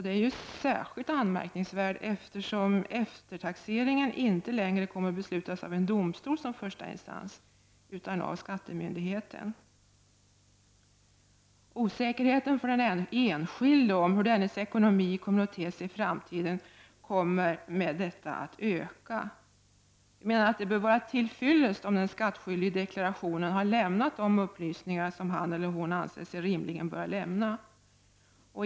Detta är särskilt anmärkningsvärt, eftersom eftertaxeringen inte längre kommer att beslutas av en domstol som första instans, utan av skattemyndigheten. Osäkerheten för den enskilde om hur dennes ekonomi kommer att te sig i framtiden kommer med detta att öka. Det bör vara till fyllest om den skattskyldige i deklarationen lämnat de upplysningar som han eller hon ansett sig rimligen böra lämna.